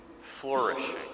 flourishing